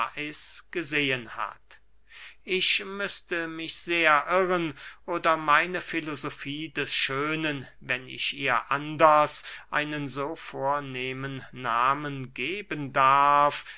gesehen hat ich müßte mich sehr irren oder meine filosofie des schönen wenn ich ihr anders einen so vornehmen nahmen geben darf